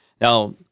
Now